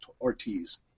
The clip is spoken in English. Ortiz